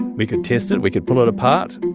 we could test it. we could pull it apart,